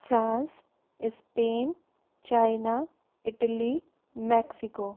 France Spain China Italy Mexico